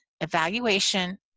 evaluation